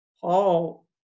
Paul